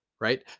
right